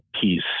peace